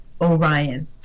Orion